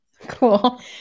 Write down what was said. Cool